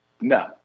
No